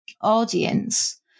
audience